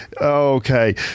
Okay